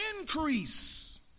increase